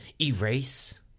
erase